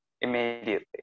immediately